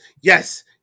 yes